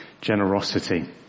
generosity